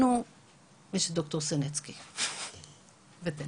לנו יש את ד"ר סנצקי וטננבאום,